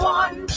one